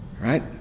right